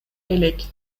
элек